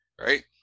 right